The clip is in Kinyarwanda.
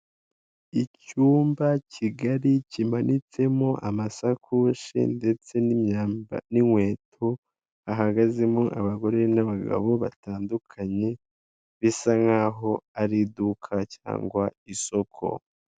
Icyumba kigari, kimanitsemo amasakoshi ndetse n'inkweto, hahagazemo abagore n'abagabo batandukanye, bisa nk'aho ari iduka cyangwa isoko.